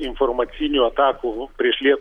informacinių atakų prieš liet